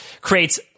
creates